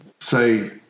say